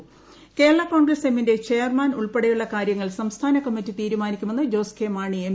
Jose K Mani Congress എമ്മിന്റെ chairman Kerala ഉൾപ്പടെയുള്ള കാര്യങ്ങൾ സംസ്ഥാന കമ്മിറ്റി തീരുമാനിക്കുമെന്ന് Jose K Mani M